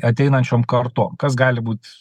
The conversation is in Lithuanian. ateinančiom kartom kas gali būt